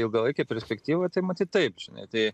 ilgalaikėj perspektyvoj tai matyt taip žinai tai